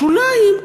בשוליים,